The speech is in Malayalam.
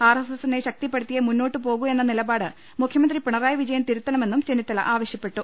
ആർ എസ് എസിനെ ശക്തിപ്പെടുത്തിയേ മുന്നോട്ടു പോകൂ എന്ന നില പാട് മുഖ്യ മന്ത്രി പിണ റായി വിജയൻ തിരുത്തണമെന്നും ചെന്നിത്തല ആവശ്യപ്പെട്ടു